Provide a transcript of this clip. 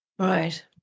Right